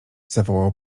zawołał